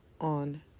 on